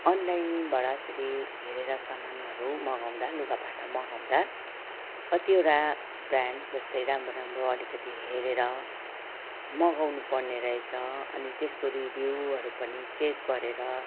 अनलाइनबाट यसरी हेरेर सामानहरू मगाउँदा लुगा फाटा मगाउँदा कतिवटा ब्रान्ड जस्तै राम्रो राम्रो अलिकति हेरेर मगाउनु पर्ने रहेछ अनि त्यसको रिभ्यूहरू पनि चेक गरेर